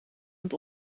het